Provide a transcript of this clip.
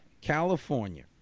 California